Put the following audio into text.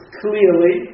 clearly